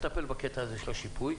בקטע של השיפוי,